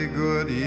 good